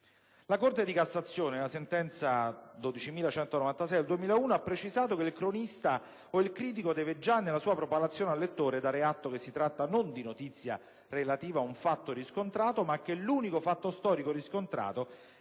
La Corte di cassazione, nella sentenza n. 12196 del 2001, ha precisato che «il cronista o il critico deve già nella sua propalazione al lettore dare atto che si tratta non di notizia relativa a un fatto riscontrato, ma che l'unico fatto storico riscontrato è che una